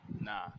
nah